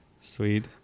Sweet